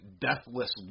deathless